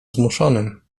zmuszonym